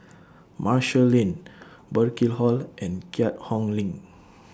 Marshall Lane Burkill Hall and Keat Hong LINK